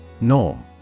Norm